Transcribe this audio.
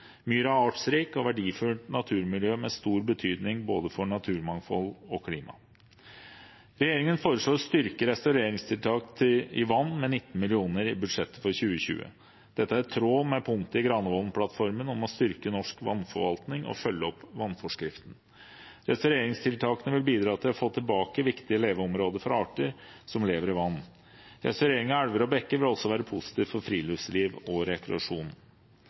er et artsrikt og verdifullt naturmiljø med stor betydning for både naturmangfold og klima. Regjeringen foreslår å styrke restaureringstiltak i vann med 19 mill. kr i budsjettet for 2020. Dette er i tråd med punktet i Granavolden-plattformen om å styrke norsk vannforvaltning og følge opp vannforskriften. Restaureringstiltakene vil bidra til å få tilbake viktige leveområder for arter som lever i vann. Restaurering av elver og bekker vil også være positivt for friluftsliv og rekreasjon.